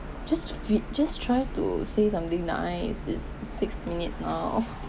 just fe~ just try to say something nice it's six minutes now